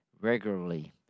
regularly